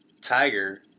Tiger